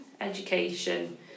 education